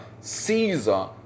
Caesar